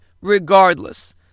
regardless